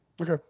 Okay